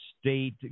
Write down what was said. state